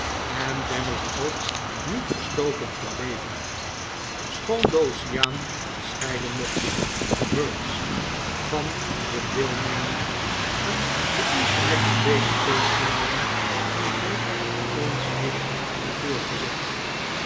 en ben ik ook niet verstoken gebleven schoon d'oceaan ons scheiden mocht burns van de deelneming aan de intellectueele feestmalen die hij ons heeft